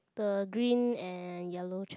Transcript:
the green and yellow